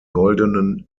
goldenen